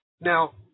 Now